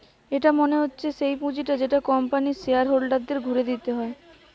এটা মনে হচ্ছে সেই পুঁজিটা যেটা কোম্পানির শেয়ার হোল্ডারদের ঘুরে দিতে হয়